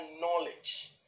knowledge